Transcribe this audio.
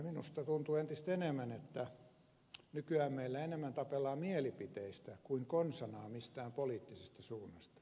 minusta tuntuu entistä enemmän että nykyään meillä enemmän tapellaan mielipiteistä kuin konsanaan mistään poliittisesta suunnasta